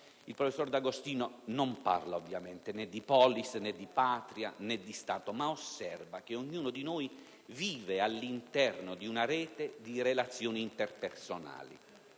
Il professor D'Agostino non parla ovviamente né di *polis* né di Patria, né di Stato, ma osserva che ognuno di noi vive all'interno di una rete di relazioni interpersonali.